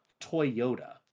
Toyota